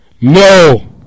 No